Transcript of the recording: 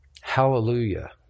Hallelujah